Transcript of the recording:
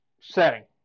setting